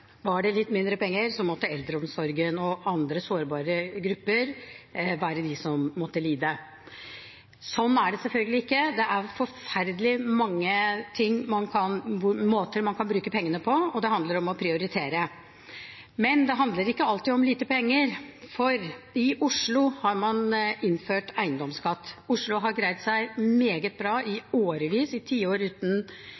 Var det litt mindre penger, måtte eldreomsorgen og andre sårbare grupper være de som måtte lide. Sånn er det selvfølgelig ikke. Det er forferdelig mange måter man kan bruke pengene på, og det handler om å prioritere. Men det handler ikke alltid om lite penger, for i Oslo har man innført eiendomsskatt. Oslo har greid seg meget bra i